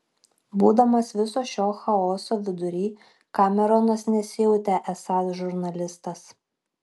būdamas viso šio chaoso vidury kameronas nesijautė esąs žurnalistas